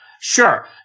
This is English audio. Sure